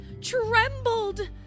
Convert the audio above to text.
trembled